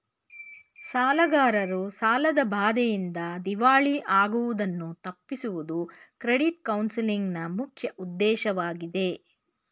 ಸಾಲಗಾರರು ಸಾಲದ ಬಾಧೆಯಿಂದ ದಿವಾಳಿ ಆಗುವುದನ್ನು ತಪ್ಪಿಸುವುದು ಕ್ರೆಡಿಟ್ ಕೌನ್ಸಲಿಂಗ್ ನ ಮುಖ್ಯ ಉದ್ದೇಶವಾಗಿದೆ